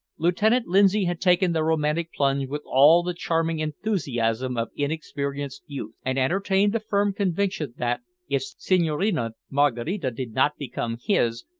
lieutenant lindsay had taken the romantic plunge with all the charming enthusiasm of inexperienced youth, and entertained the firm conviction that, if senhorina maraquita did not become his,